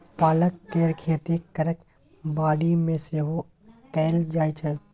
पालक केर खेती घरक बाड़ी मे सेहो कएल जाइ छै